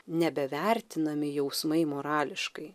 nebevertinami jausmai morališkai